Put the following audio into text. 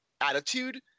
attitude